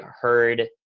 heard